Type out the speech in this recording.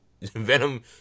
Venom